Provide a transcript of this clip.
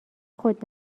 خود